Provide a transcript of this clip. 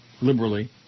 liberally